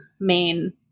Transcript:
main